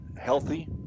healthy